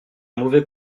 mauvais